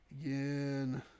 again